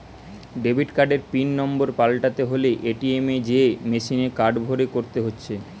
debit কার্ডের pin number পাল্টাতে হলে এ.টি.এম এ যেয়ে মেসিনে কার্ড ভরে করতে হচ্ছে